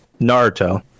Naruto